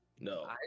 no